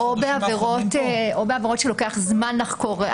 -- או בעבירות שלוקח זמן לחקור,